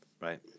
right